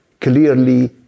clearly